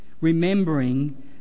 remembering